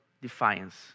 defiance